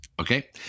okay